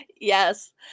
Yes